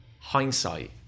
hindsight